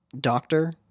doctor